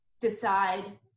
decide